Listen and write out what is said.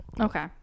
Okay